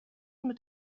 mit